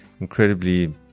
incredibly